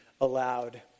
aloud